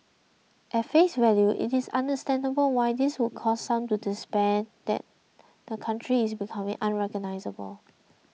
at face value it is understandable why this would cause some to despair that the country is becoming unrecognisable